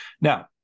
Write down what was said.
Now